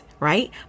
Right